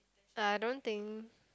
I don't think